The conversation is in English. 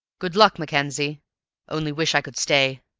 good luck, mackenzie only wish i could stay.